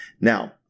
Now